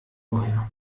woher